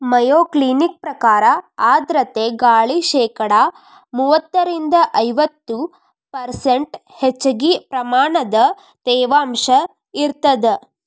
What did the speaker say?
Mayo Clinic ಪ್ರಕಾರ ಆರ್ಧ್ರತೆ ಗಾಳಿ ಶೇಕಡಾ ಮೂವತ್ತರಿಂದ ಐವತ್ತು ಪರ್ಷ್ಂಟ್ ಹೆಚ್ಚಗಿ ಪ್ರಮಾಣದ ತೇವಾಂಶ ಇರತ್ತದ